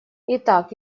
итак